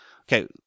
okay